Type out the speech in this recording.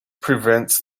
prevents